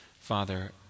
Father